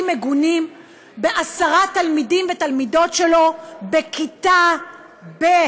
מגונים בעשרה תלמידים ותלמידות שלו בכיתה ב'.